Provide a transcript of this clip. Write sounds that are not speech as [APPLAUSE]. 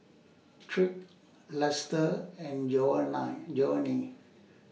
Tyrik Luster and [UNINTELLIGIBLE] Jovanny